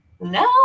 no